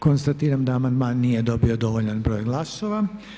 Konstatiram da amandman nije dobio dovoljan broj glasova.